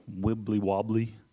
wibbly-wobbly